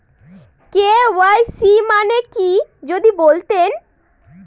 KYC মানে কি যদি বলতেন?